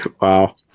Wow